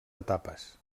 etapes